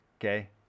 okay